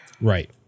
Right